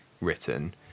written